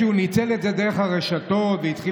שהוא ניצל את זה דרך הרשתות והתחיל